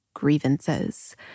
grievances